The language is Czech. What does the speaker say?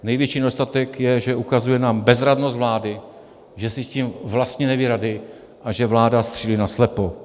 Největší nedostatek je, že ukazuje na bezradnost vlády, že si s tím vlastně neví rady a že vláda střílí naslepo.